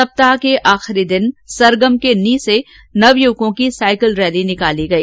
सप्ताह के आखिरी दिन सरगम के नि से नवयुवकों की साइकिल रैली निकाली गई